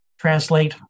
translate